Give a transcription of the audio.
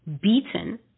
beaten